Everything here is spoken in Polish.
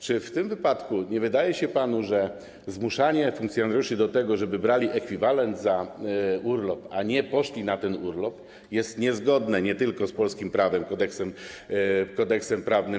Czy w tym wypadku nie wydaje się panu, że zmuszanie funkcjonariuszy do tego, żeby brali ekwiwalent za urlop, a nie poszli na ten urlop, jest niezgodne z polskim prawem, kodeksem prawnym?